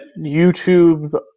YouTube